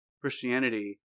Christianity